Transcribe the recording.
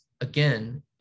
again